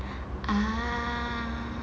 ah